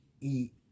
eat